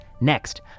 Next